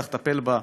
צריך לטפל בה.